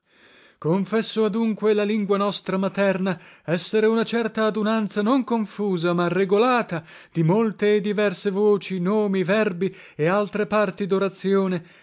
confesso adunque la lingua nostra materna essere una certa adunanza non confusa ma regolata di molte e diverse voci nomi verbi e altre parti dorazione